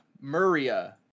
maria